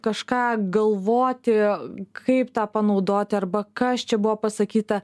kažką galvoti kaip tą panaudoti arba kas čia buvo pasakyta